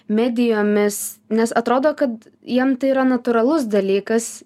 medijomis nes atrodo kad jiem tai yra natūralus dalykas